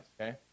okay